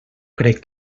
crec